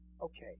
Okay